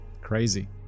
Crazy